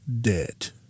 debt